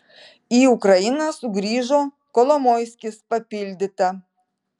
į ukrainą sugrįžo kolomoiskis papildyta